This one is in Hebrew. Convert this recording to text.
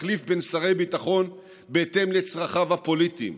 מחליף בין שרי ביטחון בהתאם לצרכיו הפוליטיים.